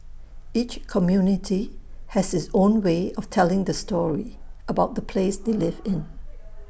each community has its own way of telling the story about the place they live in